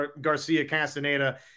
Garcia-Castaneda –